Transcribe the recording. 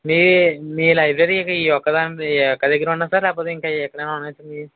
మీ మీ లైబ్రరీ ఈ ఒక్కదాని ఈ ఒక్క దగ్గరే ఉందా సార్ లేకపోతే ఇంకా ఎక్కడైనా ఉన్నాయా సార్ మీవి